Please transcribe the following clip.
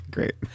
Great